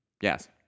Yes